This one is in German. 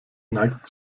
neigt